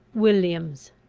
williams,